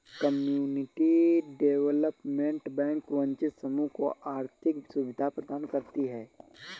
community development bank वंचित समूह को आर्थिक सुविधा प्रदान करती है